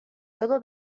todo